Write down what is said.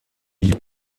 ils